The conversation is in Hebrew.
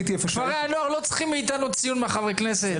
כפרי הנוער לא צריכים מאיתנו ציון מחברי הכנסת.